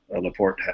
Laporte